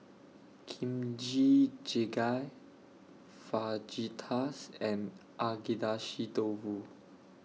Kimchi Jjigae Fajitas and Agedashi Dofu